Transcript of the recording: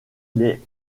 les